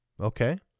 Okay